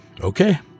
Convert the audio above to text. okay